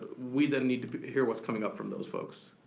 we then need to hear what's coming up from those folks.